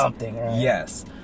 Yes